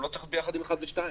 הוא לא צריך להיות ביחד עם (1) ו-(2).